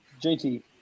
JT